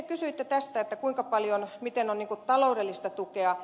sitten kysyitte kuinka paljon miten on taloudellista tukea